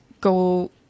go